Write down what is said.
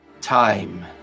Time